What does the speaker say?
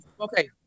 Okay